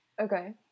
okay